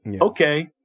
Okay